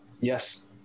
Yes